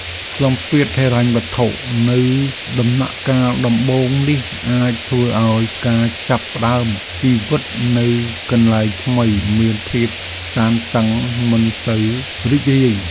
សម្ពាធហិរញ្ញវត្ថុនៅដំណាក់កាលដំបូងនេះអាចធ្វើឱ្យការចាប់ផ្ដើមជីវិតនៅកន្លែងថ្មីមានភាពតានតឹងមិនសូវរីករាយ។